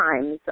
times